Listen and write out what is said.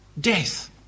death